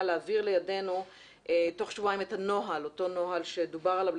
להעביר לידנו תוך שבועיים את אותו נוהל שדובר עליו,